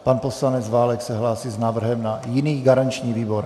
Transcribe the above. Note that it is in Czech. Pan poslanec Válek se hlásí s návrhem na jiný garanční výbor.